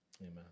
amen